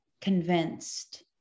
convinced